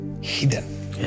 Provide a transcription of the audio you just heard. hidden